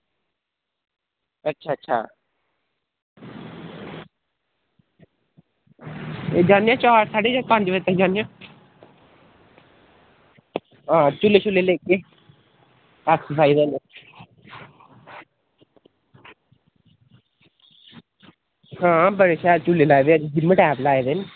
अच्छा अच्छा जन्ने आं चार साढ़े पंज बजे तगर जन्ने आं आं झूले लेइयै एक्सरसाईज़ लेइयै आं बड़े शैल झूले बनाए दे जिम टाईप लुआये दे न